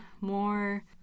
more